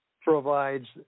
provides